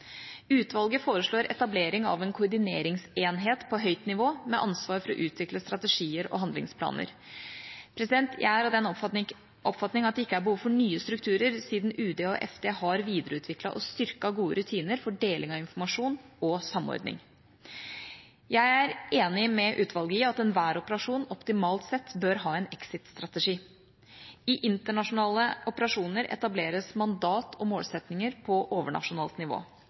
Utvalget foreslår etablering av en koordineringsenhet på høyt nivå med ansvar for å utvikle strategier og handlingsplaner. Jeg er av den oppfatning at det ikke er behov for nye strukturer, siden UD og Forsvarsdepartementet har videreutviklet og styrket gode rutiner for deling av informasjon og samordning. Jeg er enig med utvalget i at enhver operasjon optimalt sett bør ha en exit-strategi. I internasjonale operasjoner etableres mandat og målsettinger på overnasjonalt nivå.